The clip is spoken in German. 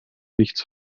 nichts